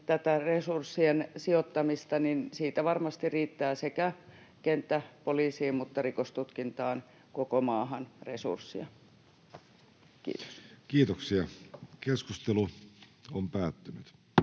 resurssien sijoittamista, niin siitä varmasti riittää sekä kenttäpoliisiin että rikostutkintaan koko maahan resursseja. — Kiitos. [Speech 120]